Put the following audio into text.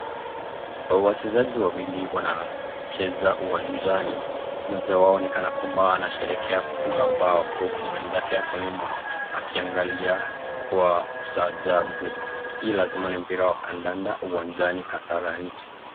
Wachezaji wawili wanacheza uwanjani, mmoja wao ni kana kwamba anasherehekea kufunga bao huku mwenzake ako nyuma akiangalia kwa kustaajabu. Hii lazima ni mpira wa kandanda uwanjani kasarani.